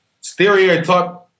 stereotype